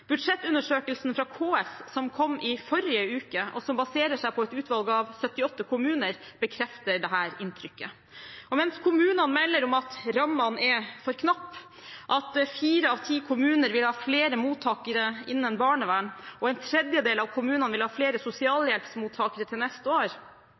Budsjettundersøkelsen fra KS, som kom i forrige uke, og som baserer seg på et utvalg av 78 kommuner, bekrefter dette inntrykket. Og mens kommunene melder om at rammene er for knappe, at fire av ti kommuner vil få flere mottakere innenfor barnevernet, at en tredjedel av kommunene vil få flere